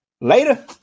Later